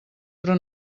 però